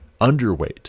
underweight